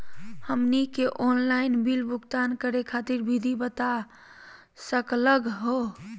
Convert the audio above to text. हमनी के online bill भुगतान करे खातीर विधि बता सकलघ हो?